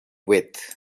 with